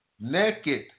naked